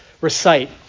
recite